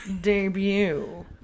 debut